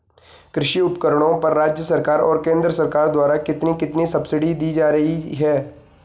कृषि उपकरणों पर राज्य सरकार और केंद्र सरकार द्वारा कितनी कितनी सब्सिडी दी जा रही है?